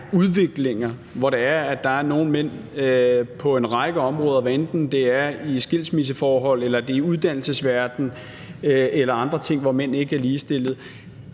udviklinger, hvor nogle mænd på en række områder, hvad enten det er ved skilsmisse eller ved uddannelse eller andre ting, ikke er ligestillet.